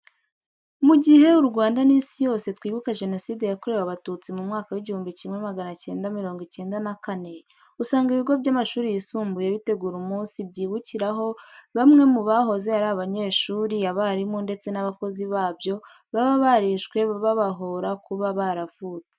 Mu gihe u Rwanda n'Isi yose twibuka Jenoside yakorewe Abatutsi mu mwaka w'igihumbi kimwe magana acyenda mirongo icyenda na kane, usanga ibigo by'amashuri yisumbuye bitegura umunsi byibukiraho bamwe mu bahoze ari abanyeshuri, abarimu ndetse n'abakozi babyo baba barishwe babahora kuba baravutse.